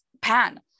pan